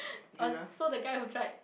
um so the guy who tried